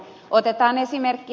otetaan esimerkki